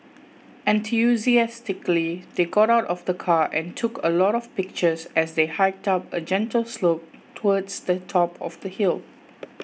enthusiastically they got out of the car and took a lot of pictures as they hiked up a gentle slope towards the top of the hill